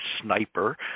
sniper